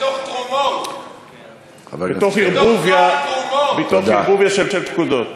אבל הוא מדבר בשם עצמו, לא בשמו.